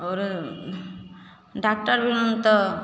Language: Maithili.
आओर डॉकटर भिरन तऽ